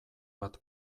bat